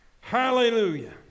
Hallelujah